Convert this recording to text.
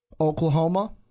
Oklahoma